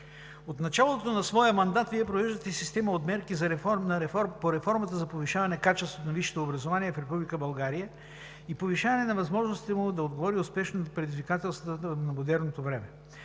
От началото на своя мандат Вие провеждате система от мерки по реформата за повишаване качеството на висшето образование в Република България и повишаване на възможностите му да отговори успешно на предизвикателствата на модерното време.